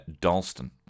Dalston